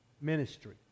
ministry